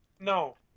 No